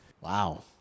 Wow